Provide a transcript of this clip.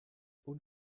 und